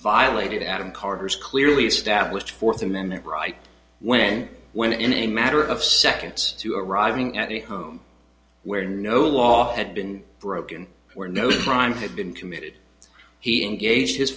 violated adam carvers clearly established fourth amendment right when when in a matter of seconds to arriving at the home where no law had been broken were no the crime had been committed he engaged his